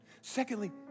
Secondly